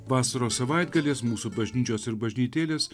vasaros savaitgaliais mūsų bažnyčios ir bažnytėlės